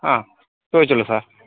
ആ ചോദിച്ചുള്ളു സാർ